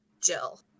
Jill